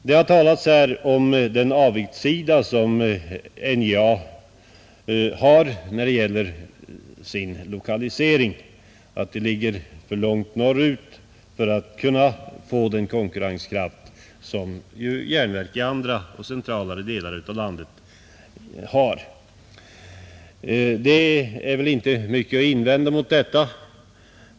Här har talats om den avigsida som NJA:s lokalisering utgör: det ligger för långt norrut för att kunna få den konkurrenskraft som järnverk i andra och centralare delar av landet har. Det är inte mycket att invända mot detta.